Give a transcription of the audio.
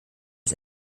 des